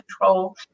control